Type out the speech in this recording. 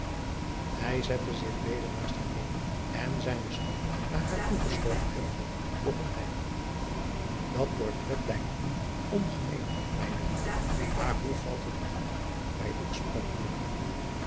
ij zette zich weder naast haar neder en zijnen stoel naar haar toe geschoven hebbende begon hij at portrait lijkt u ongemeen mijne lieve maar hoe valt het nog af bij het oorspronkelijke